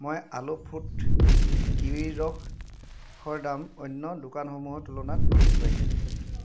মই আলো ফ্ৰুট কিৱিৰ ৰসৰ দাম অন্য দোকানসমূহৰ তুলনাত অধিক পাইছোঁ